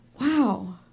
Wow